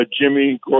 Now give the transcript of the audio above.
Jimmy